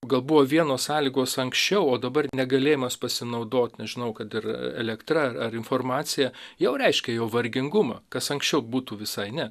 gal buvo vienos sąlygos anksčiau o dabar negalėjimas pasinaudot nežinau kad ir elektra ar informacija jau reiškia jo vargingumą kas anksčiau būtų visai ne